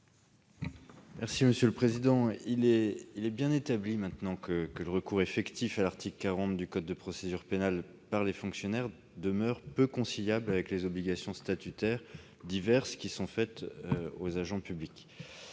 M. Arnaud de Belenet. Il est désormais bien établi que le recours effectif à l'article 40 du code de procédure pénale par les fonctionnaires demeure peu conciliable avec les obligations statutaires diverses qui sont imposées aux agents publics.